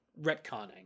retconning